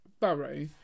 burrow